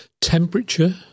temperature